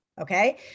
Okay